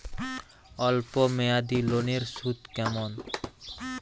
অল্প মেয়াদি লোনের সুদ কেমন?